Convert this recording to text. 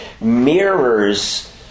mirrors